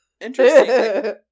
Interesting